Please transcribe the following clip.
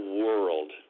world